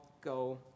Go